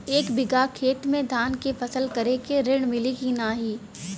एक बिघा खेत मे धान के फसल करे के ऋण मिली की नाही?